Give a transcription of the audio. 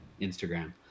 Instagram